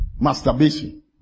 Masturbation